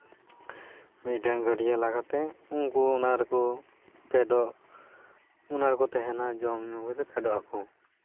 ᱢᱤᱫᱴᱮᱱ ᱜᱟᱹᱰᱭᱟᱹ ᱞᱟ ᱠᱟᱛᱮ ᱩᱱᱠᱩ ᱚᱱᱟ ᱨᱮᱠᱚ ᱯᱷᱮᱰᱚᱜ ᱚᱱᱟ ᱨᱮᱠᱚ ᱛᱟᱦᱮᱱᱟ ᱡᱚᱢ ᱧᱩ ᱠᱟᱛᱮ ᱯᱷᱮᱰᱚᱜ ᱟᱠᱚ